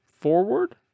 forward